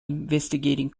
investigating